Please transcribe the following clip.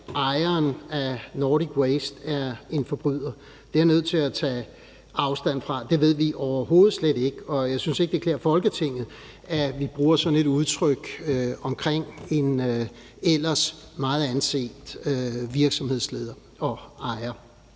at ejeren af Nordic Waste er en forbryder. Det er jeg nødt til at tage afstand fra. Det ved vi overhovedet slet ikke, og jeg synes ikke, at det klæder Folketinget, at vi bruger sådan et udtryk om en ellers meget anset virksomhedsleder og -ejer.